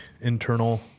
internal